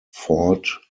fort